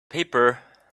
paper